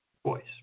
voice